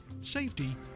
safety